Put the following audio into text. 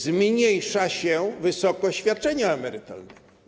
Zmniejsza się wysokość świadczenia emerytalnego.